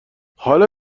حالا